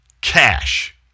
cash